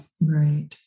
Right